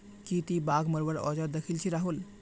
की ती बाघ मरवार औजार दखिल छि राहुल